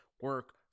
Work